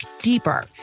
deeper